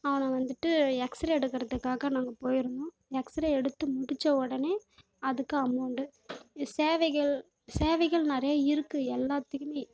அவன் வந்துட்டு எக்ஸ்ரே எடுக்கிறத்துக்காக நாங்கள் போய் இருந்தோம் எக்ஸ்ரே எடுத்து முடிஞ்ச உடனே அதுக்கு அமௌண்ட்டு சேவைகள் சேவைகள் நிறைய இருக்குது எல்லாத்துக்கும்